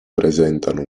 presentano